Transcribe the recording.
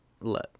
look